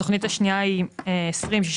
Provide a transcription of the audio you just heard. התכנית השנייה היא 206101,